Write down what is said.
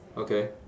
okay